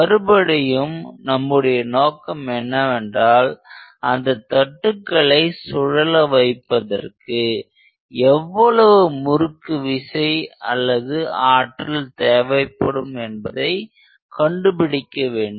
மறுபடியும் நம்முடைய நோக்கம் என்னவென்றால் அந்தத் தட்டுக்களை சூழல வைப்பதற்கு எவ்வளவு முறுக்கு விசை அல்லது ஆற்றல் தேவைப்படும் என்பதை கண்டுபிடிக்க வேண்டும்